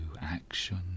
action